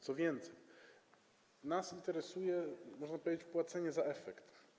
Co więcej, nas interesuje, można powiedzieć, płacenie za efekt.